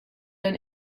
than